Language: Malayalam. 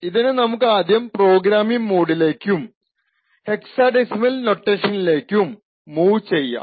ഇതിനെ നമുക്ക് ആദ്യം പ്രോഗ്രാമിങ് മോഡിലേക്കും ഹെക്ക്സാഡെസിമൽ നൊട്ടേഷനിലേക്കു മൂവ് ചെയ്യാം